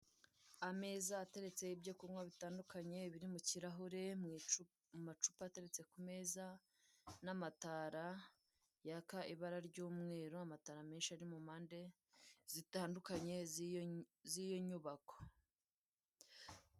Ameza ateretseho ibyo kunywa bitandukanye biri mu kirahure mu macupa ateretse ku meza n'amatara yaka ibara ry'umweru, amatara menshi ari mu mpande zitandukanye z'iyo nyubako.